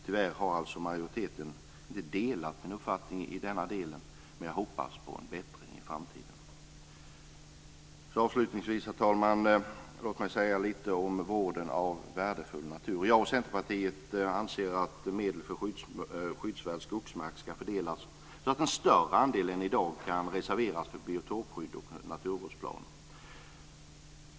Tyvärr har inte majoriteten delat min upp fattning i denna del, men jag hoppas på en bättring i framtiden. Herr talman! Avslutningsvis vill jag tala lite om vården av värdefull natur. Jag och Centerpartiet anser att medel för skyddsvärd skogsmark ska fördelas så att en större andel än i dag kan reserveras för biotopskydd och naturvårdsplan.